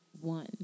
one